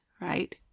Right